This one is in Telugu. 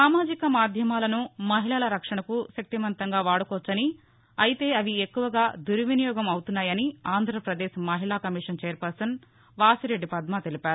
సామాజిక మాధ్యమాలను మహిళల రక్షణకు శక్తిమంతంగా వాడుకోవచ్చని అయితే అవి ఎక్కువగా దుర్వినియోగం అవుతున్నాయని ఆంధ్రప్రదేశ్ మహిళా కమిషన్ ఛైర్పర్సన్ వాసిరెడ్డి పద్మ తెలిపారు